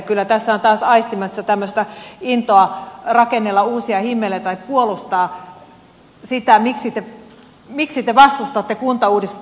kyllä tässä olen taas aistimassa tämmöistä intoa rakennella uusia himmeleitä tai puolustaa sitä miksi te vastustatte kuntauudistusta